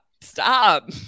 Stop